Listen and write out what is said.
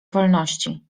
wolności